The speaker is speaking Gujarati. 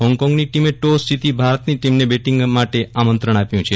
હોંગકોન્ગની ટીમે ટોસ જીતી ભારતની ટીમને બેટિંગ માટે આમંત્રણ આપ્યું છે